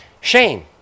Shane